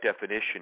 definition